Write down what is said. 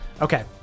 Okay